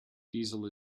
diesel